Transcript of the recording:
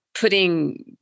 putting